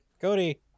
Cody